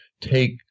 take